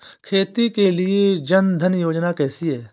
खेती के लिए जन धन योजना कैसी है?